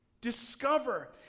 discover